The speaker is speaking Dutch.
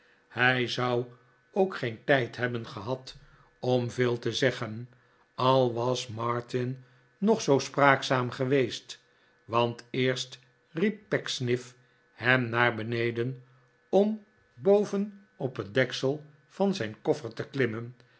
hij zou ook geen tijd hebben gehad om veel te zeggen al was martin nog zoo spraakzaam geweest want eerst riep pecksniff hem naar beneden om boven op het deksel van zijn koffer te klimmen